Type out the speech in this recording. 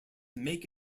make